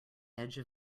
edge